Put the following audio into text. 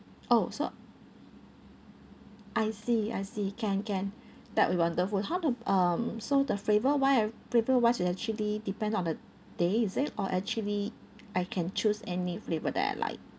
oh so I see I see can can that will be wonderful how to um so the flavour wise the flavour wise is actually depend on the day is it or actually I can choose any flavour that I like